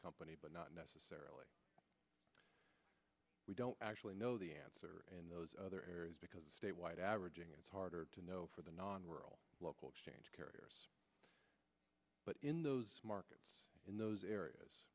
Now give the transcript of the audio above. company but not necessarily we don't actually know the answer in those other areas because statewide averaging is harder to know for the non world local exchange carriers but in those markets in those areas